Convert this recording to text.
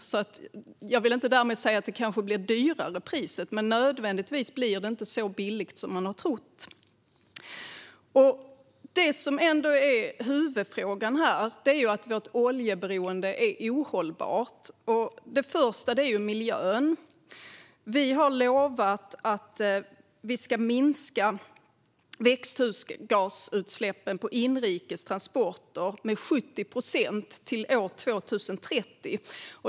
Därmed vill jag inte säga att priset kanske blir dyrare, men det blir inte nödvändigtvis så billigt som man har trott. Det som ändå är huvudfrågan här är att vårt oljeberoende är ohållbart. Det första skälet handlar om miljön. Vi har lovat att vi ska minska växthusgasutsläppen på inrikes transporter med 70 procent till år 2030.